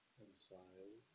inside